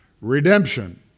Redemption